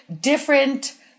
different